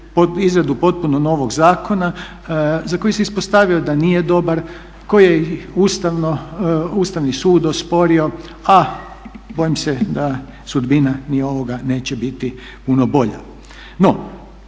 izradu potpuno novog zakona za koji se ispostavilo da nije dobro, koji je Ustavni sud osporio, a bojim se da sudbina ni ovoga neće biti puno bolja.